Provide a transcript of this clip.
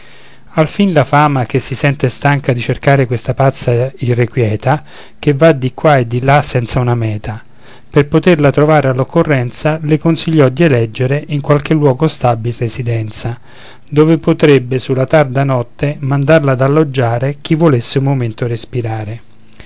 precede alfin la fama che si sente stanca di cercar questa pazza irrequïeta che va di qua e di là senza una mèta per poterla trovare all'occorrenza le consigliò di eleggere in qualche luogo stabil residenza dove potrebbe sulla tarda notte mandarla ad alloggiare chi volesse un momento respirare